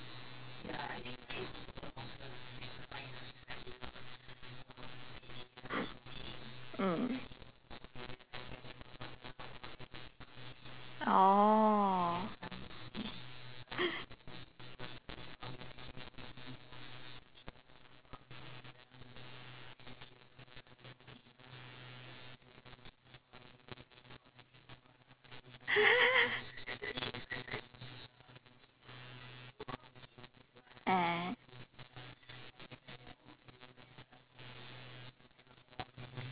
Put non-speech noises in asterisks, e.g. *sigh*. mm orh *laughs* ah